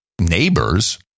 Neighbors